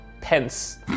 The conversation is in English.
pence